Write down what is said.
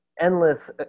endless